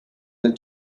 than